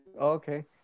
Okay